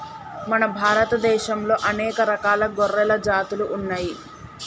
మన భారత దేశంలా అనేక రకాల గొర్రెల జాతులు ఉన్నయ్యి